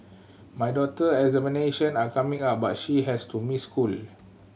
my daughter examination are coming up but she has to miss school